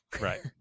Right